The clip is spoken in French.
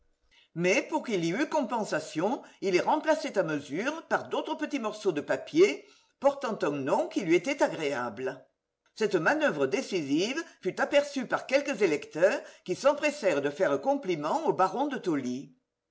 mais pour qu'il y eût compensation il les remplaçait à mesure par d'autres petite morceaux de papier portent un nom qui lui était agréable cette manoeuvre décisive fut aperçue par quelques électeurs qui s'empressèrent de faire compliment au baron de tolly